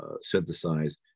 synthesize